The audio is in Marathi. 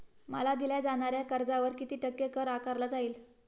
मला दिल्या जाणाऱ्या कर्जावर किती टक्के कर आकारला जाईल?